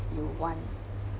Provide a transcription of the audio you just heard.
you want